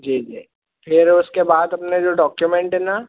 जी जी फिर उसके बाद अपने जो डॉक्यूमेन्ट है न